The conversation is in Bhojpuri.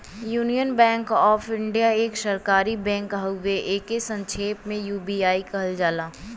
यूनियन बैंक ऑफ़ इंडिया एक सरकारी बैंक हउवे एके संक्षेप में यू.बी.आई कहल जाला